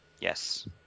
Yes